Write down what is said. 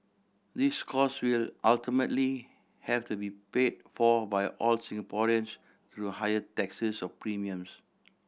these cost will ultimately have to be paid for by all Singaporeans through higher taxes or premiums